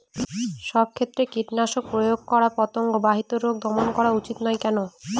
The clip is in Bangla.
সব ক্ষেত্রে কীটনাশক প্রয়োগ করে পতঙ্গ বাহিত রোগ দমন করা উচিৎ নয় কেন?